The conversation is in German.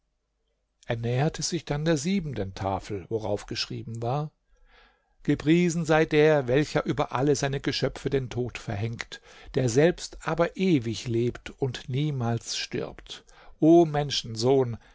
er näherte sich dann der siebenten tafel worauf geschrieben war gepriesen sei der welcher über alle seine geschöpfe den tod verhängt der selbst aber ewig lebt und niemals stirbt o menschensohn